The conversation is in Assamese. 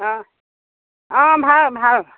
অ অ ভাল ভাল